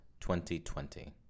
2020